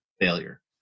failure